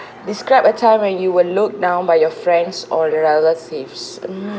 describe a time when you were looked down by your friends or relatives mm